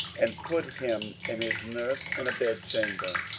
and put him and his nurse in a bedchamber.